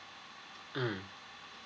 mm